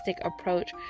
approach